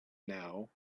now